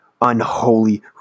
unholy